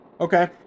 Okay